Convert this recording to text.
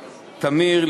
טמיר,